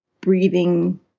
breathing